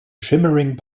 shimmering